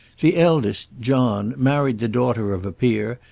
the eldest, john, married the daughter of a peer,